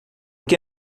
que